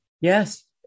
Yes